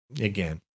Again